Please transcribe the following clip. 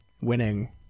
winning